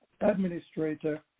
Administrator